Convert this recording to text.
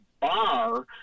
bar